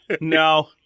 no